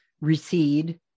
recede